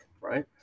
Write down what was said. right